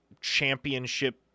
championship